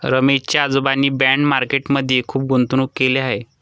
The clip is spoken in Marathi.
रमेश च्या आजोबांनी बाँड मार्केट मध्ये खुप गुंतवणूक केलेले आहे